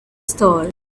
star